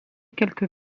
quelques